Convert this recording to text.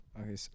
okay